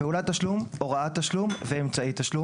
פעולת תשלום, הוראת תשלום ואמצעי תשלום.